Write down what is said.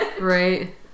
Right